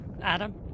Adam